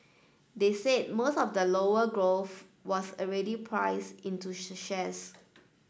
they said most of the lower growth was already price into the shares